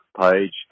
page